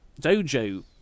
dojo